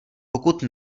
pokud